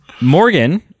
Morgan